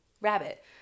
rabbit